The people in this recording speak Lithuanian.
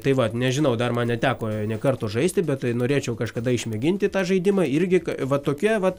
tai vat nežinau dar man neteko nė karto žaisti bet norėčiau kažkada išmėginti tą žaidimą irgi va tokie vat